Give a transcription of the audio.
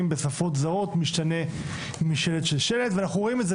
בשפות זרות משתנה משלט לשלט ואנחנו רואים את זה.